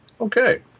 Okay